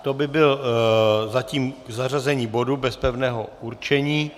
To by bylo zatím k zařazení bodu bez pevného určení.